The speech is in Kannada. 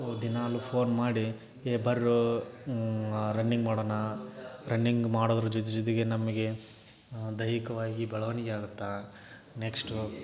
ದಿನಾಲೂ ಫೋನ್ ಮಾಡಿ ಏಯ್ ಬನ್ರೋ ರನ್ನಿಂಗ್ ಮಾಡೋಣ ರನ್ನಿಂಗ್ ಮಾಡೋದ್ರ ಜೊತೆ ಜೊತೆಗೆ ನಮಗೆ ದೈಹಿಕವಾಗಿ ಬೆಳವಣಿಗೆ ಆಗುತ್ತೆ ನೆಕ್ಸ್ಟು